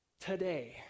today